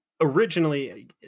originally